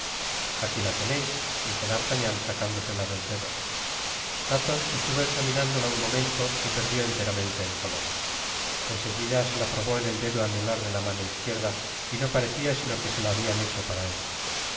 aqui la teneis dijo d'artagnan sacándosela del dedo athos estuvo examinándola un momento y perdió enteramente el color en seguida se la probó en el dedo anular de la mano izquierda y no parecia sino que se le habian hecho para él